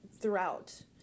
throughout